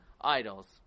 idols